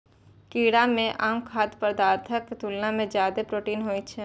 कीड़ा मे आम खाद्य पदार्थक तुलना मे जादे प्रोटीन होइ छै